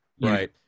right